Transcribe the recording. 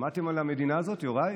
שמעתם על המדינה הזאת, יוראי?